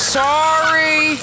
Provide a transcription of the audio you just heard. sorry